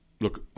look